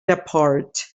apart